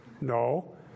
no